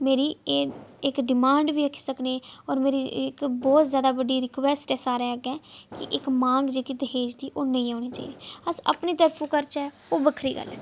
मेरी एह् इक डिमांड बी आखी सकनी और मेरी एह् इक बहुत जैदा बड्डी रिक्वैस्ट ऐ सारें अग्गें इक मांग जेह्की दाज दी ओह् नेईं होनी चाहिदी अस अपने तरफों करचै ओह् बक्खरी गल्ल ऐ